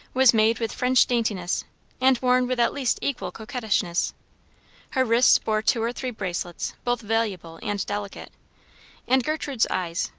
was made with french daintiness and worn with at least equal coquettishness her wrists bore two or three bracelets both valuable and delicate and gertrude's eyes,